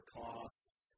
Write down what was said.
costs